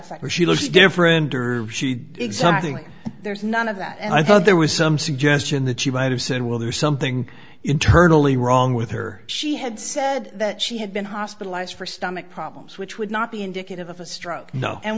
effect or she looks different she exultingly there's none of that and i thought there was some suggestion that she might have said well there's something internally wrong with her she had said that she had been hospitalized for stomach problems which would not be indicative of a stroke